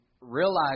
realize